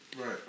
Right